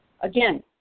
Again